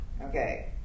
Okay